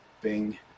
Bing